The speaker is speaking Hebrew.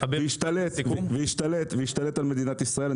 משתלט והשתלט על מדינת ישראל.